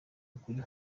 ukuri